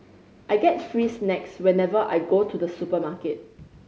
I get free snacks whenever I go to the supermarket